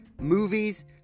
movies